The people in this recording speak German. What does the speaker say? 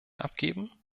abgeben